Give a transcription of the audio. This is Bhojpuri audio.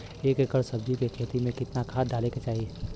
एक एकड़ सब्जी के खेती में कितना खाद डाले के चाही?